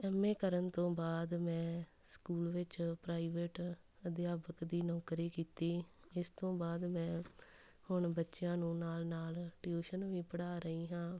M A ਕਰਨ ਤੋਂ ਬਾਅਦ ਮੈਂ ਸਕੂਲ ਵਿੱਚ ਪ੍ਰਾਈਵੇਟ ਅਧਿਆਪਕ ਦੀ ਨੌਕਰੀ ਕੀਤੀ ਇਸ ਤੋਂ ਬਾਅਦ ਮੈਂ ਹੁਣ ਬੱਚਿਆਂ ਨੂੰ ਨਾਲ਼ ਨਾਲ਼ ਟਿਊਸ਼ਨ ਵੀ ਪੜ੍ਹਾ ਰਹੀ ਹਾਂ